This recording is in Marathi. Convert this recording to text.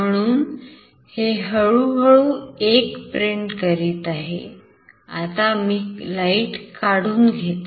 म्हणून हे हळू हळू 1 प्रिंट करीत आहे आता मी light काढून घेते